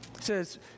says